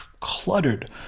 Cluttered